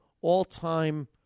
all-time